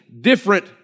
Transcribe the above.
different